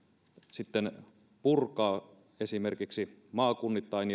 sitten purkaa esimerkiksi maakunnittain